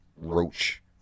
roach